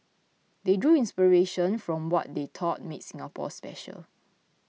they drew inspiration from what they thought made Singapore special